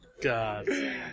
God